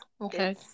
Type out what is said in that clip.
okay